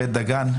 בית דגן,